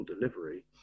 delivery